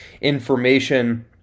information